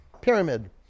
Pyramid